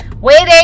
Waiting